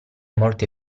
molte